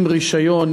עם רישיון,